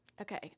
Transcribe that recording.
Okay